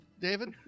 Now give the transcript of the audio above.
David